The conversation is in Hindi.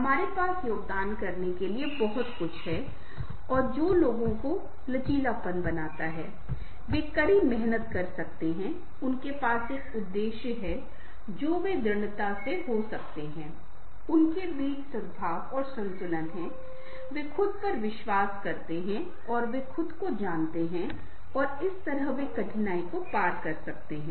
हमारे पास योगदान करने के लिए बहुत कुछ है और जो लोगों का लचीलापन है वे कड़ी मेहनत कर सकते हैं उनके पास एक उद्देश्य है जो वे दृढ़ता से हो सकते हैं उनके बीच सद्भाव और संतुलन है वे खुद पर विश्वास करते हैं और वे खुद को जानते हैं और इस तरह वे कठिनाई को पार कर सकते हैं